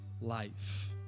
life